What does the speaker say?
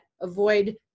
avoid